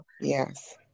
yes